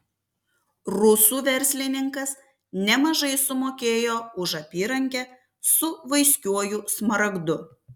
rusų verslininkas nemažai sumokėjo už apyrankę su vaiskiuoju smaragdu